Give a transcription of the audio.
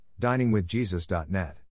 diningwithjesus.net